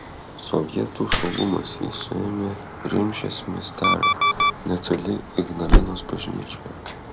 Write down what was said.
sovietų saugumas jį suėmė rimšės miestelio netoli ignalinos bažnyčioje